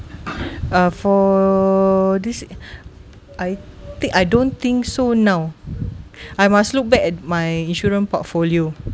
uh for this I think I don't think so now I must look back at my insurance portfolio